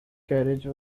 carriage